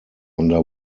under